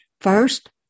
First